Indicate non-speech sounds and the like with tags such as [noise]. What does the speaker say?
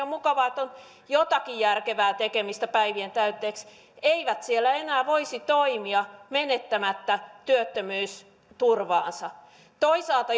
[unintelligible] mukavaa että on jotakin järkevää tekemistä päivien täytteeksi eivät siellä enää voisi toimia menettämättä työttömyysturvaansa toisaalta [unintelligible]